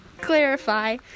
clarify